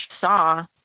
saw